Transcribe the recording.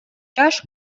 жаш